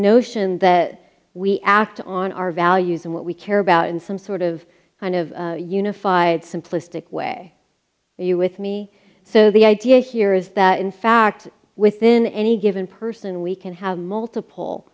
notion that we act on our values and what we care about in some sort of kind of unified simplistic way you with me so the idea here is that in fact within any given person we can have multiple